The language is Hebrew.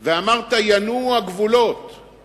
ואמרת: "ינועו הגבולות";